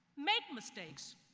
make mistakes!